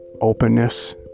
openness